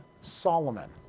Solomon